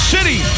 City